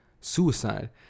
suicide